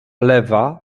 lewa